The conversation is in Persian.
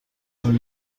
اون